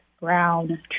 brown